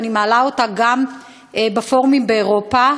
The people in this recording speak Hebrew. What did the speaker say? ואני מעלה אותה גם בפורומים באירופה,